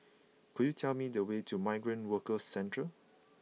could you tell me the way to Migrant Workers Centre